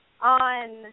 on